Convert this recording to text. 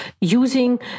using